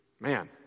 man